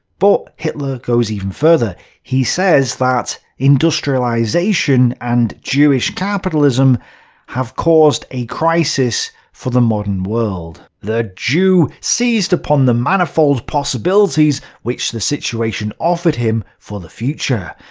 but hitler goes even further. he says that industrialization and jewish capitalism have caused a crisis for the modern world. the jew seized upon the manifold possibilities which the situation offered him for the future.